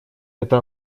это